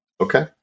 Okay